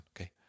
Okay